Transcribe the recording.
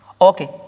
Okay